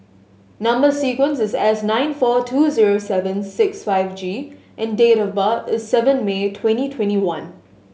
number sequence is S nine four two zero seven six five G and date of birth is seven May twenty twenty one